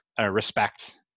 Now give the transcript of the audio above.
respect